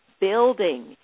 building